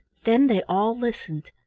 then they all listened,